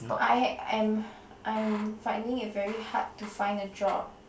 I had I am I am finding it very hard to find a job